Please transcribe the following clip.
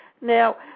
Now